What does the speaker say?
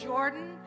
Jordan